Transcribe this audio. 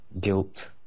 guilt